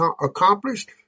accomplished